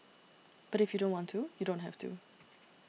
but if you don't want to you don't have to